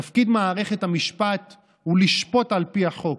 תפקיד מערכת המשפט הוא לשפוט על פי החוק,